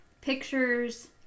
pictures